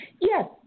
Yes